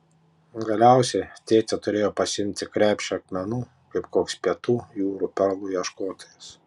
galiausiai tėtė turėjo pasiimti krepšį akmenų kaip koks pietų jūrų perlų ieškotojas